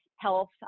health